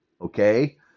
okay